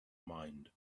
mind